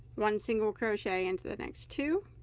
one single crochet into the next two